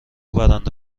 برنده